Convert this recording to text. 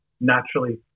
naturally